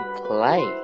play